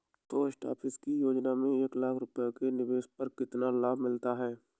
Post office की योजना में एक लाख रूपए के निवेश पर कितना लाभ मिलता है?